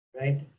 right